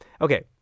Okay